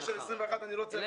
לאלה בני 21 אני לא צריך.